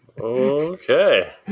Okay